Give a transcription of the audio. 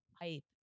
hype